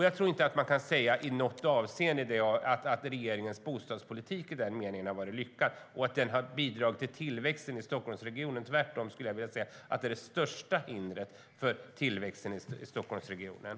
Jag tror inte att man i något avseende kan säga att regeringens bostadspolitik varit lyckad och bidragit till tillväxten i Stockholmsregionen. Tvärtom skulle jag vilja säga att det är det största hindret för tillväxten i Stockholmsregionen.